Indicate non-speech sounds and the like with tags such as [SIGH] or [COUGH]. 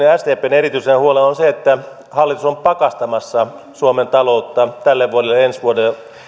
[UNINTELLIGIBLE] ja sdpn erityisenä huolena on se että hallitus on pakastamassa suomen taloutta tälle vuodelle ja ensi vuodelle